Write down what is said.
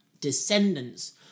descendants